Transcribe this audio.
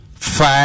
five